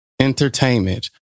Entertainment